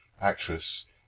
Actress